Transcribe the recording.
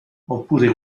oppure